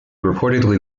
reportedly